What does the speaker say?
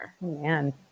Man